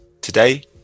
Today